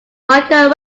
michael